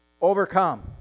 overcome